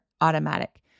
automatic